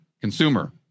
consumer